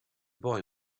boy